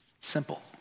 simple